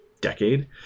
decade